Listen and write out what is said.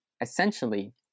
Essentially